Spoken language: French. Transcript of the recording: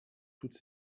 toutes